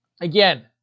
again